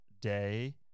day